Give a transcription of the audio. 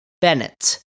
Bennett